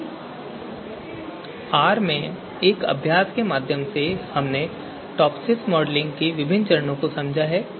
तो R में एक अभ्यास के माध्यम से हमने टॉपसिस मॉडलिंग के विभिन्न चरणों को समझा है